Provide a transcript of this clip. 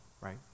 Right